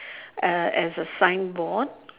uh as a sign board